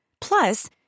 Plus